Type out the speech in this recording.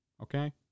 Okay